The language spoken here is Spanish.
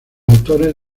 autores